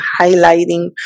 highlighting